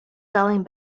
selling